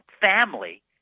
family